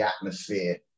atmosphere